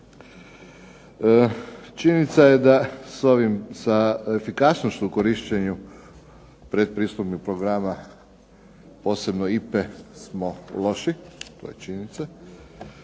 Činjenica je da s ovim, sa efikasnošću u korištenju predpristupnih programa posebno IPA-e smo loši, to je činjenica.